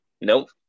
nope